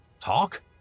Talk